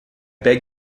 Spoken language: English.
beg